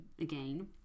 again